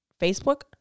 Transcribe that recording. Facebook